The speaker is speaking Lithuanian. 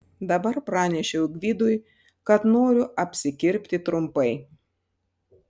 dabar pranešiau gvidui kad noriu apsikirpti trumpai